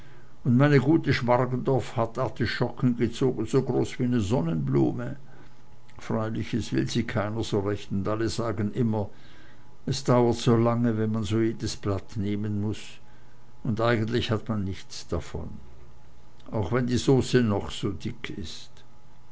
und meine gute schmargendorf hat artischocken gezogen so groß wie ne sonnenblume freilich es will sie keiner so recht und alle sagen immer es dauert so lange wenn man so jedes blatt nehmen muß und eigentlich hat man nichts davon auch wenn die sauce noch so dick ist